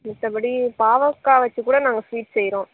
மத்தபடி பாவக்காய் வச்சு கூட நாங்கள் ஸ்வீட் செய்கிறோம்